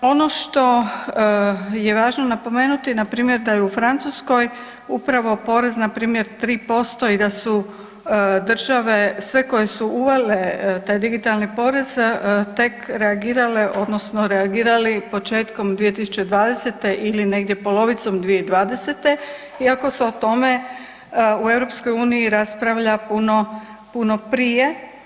Ono što je važno napomenuti, npr. da je u Francuskoj upravo porez npr. 3% i da su države sve koje su uvele taj digitalni porez, tek reagirale odnosno reagirali početkom 2020. ili negdje polovicom 2020., iako se o tome u EU raspravlja puno, puno prije.